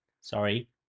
sorry